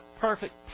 perfect